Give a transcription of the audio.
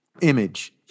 Image